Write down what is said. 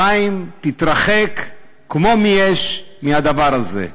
חיים, תתרחק כמו מאש מהדבר הזה.